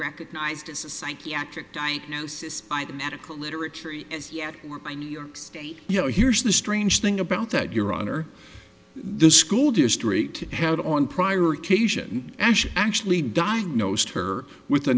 recognized as a psychiatric diagnosis by the medical literature as yet by new york state you know here's the strange thing about that your honor the school district had on prior occasion and actually diagnosed her with a